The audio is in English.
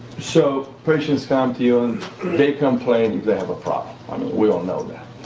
so, patients come to you and they complain they have a problem, i mean we all know that.